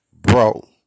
Bro